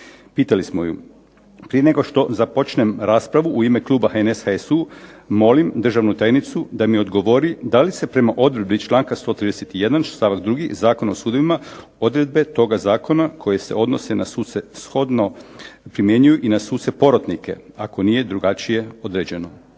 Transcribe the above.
pitali smo ju prije nego što započnem raspravu u ime kluba HNS, HSU molim državnu tajnicu da mi odgovori da li se prema odredbi članka 131. stavak 2. Zakona o sudovima odredbe toga zakona koji se odnose na suce shodno primjenjuju i na suce porotnike, ako nije drugačije određeno.